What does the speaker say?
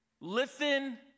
Listen